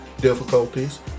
difficulties